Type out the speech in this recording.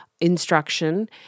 instruction